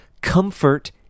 comfort